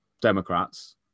Democrats